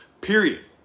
Period